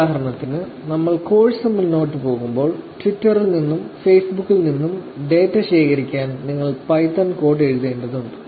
ഉദാഹരണത്തിന് നമ്മൾ കോഴ്സിൽ മുന്നോട്ട് പോകുമ്പോൾ ട്വിറ്ററിൽ നിന്നും ഫേസ്ബുക്കിൽ നിന്നും ഡാറ്റ ശേഖരിക്കാൻ നിങ്ങൾ പൈത്തൺ കോഡ് എഴുതേണ്ടതുണ്ട്